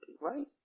right